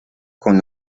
con